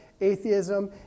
atheism